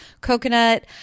coconut